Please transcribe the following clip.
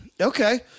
okay